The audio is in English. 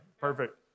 Perfect